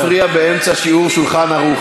אל תפריע באמצע שיעור "שולחן ערוך".